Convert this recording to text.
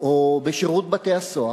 או בשירות בתי-הסוהר.